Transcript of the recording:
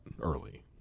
early